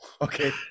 okay